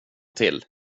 till